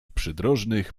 przydrożnych